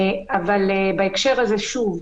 אבל בהקשר הזה, שוב,